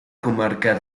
comarca